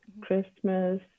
Christmas